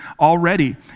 already